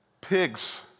pigs